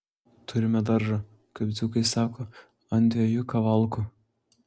turime daržą kaip dzūkai sako ant dviejų kavalkų